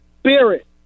spirit